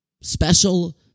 special